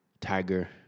Tiger